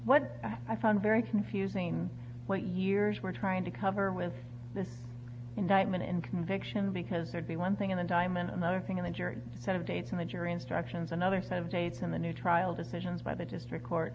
what i found very confusing what years were trying to cover with this indictment and conviction because there'd be one thing in the time and another thing in the jury sort of days and the jury instructions another set of dates in the new trial decisions by the district court